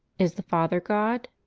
is the father god?